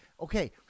okay